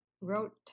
wrote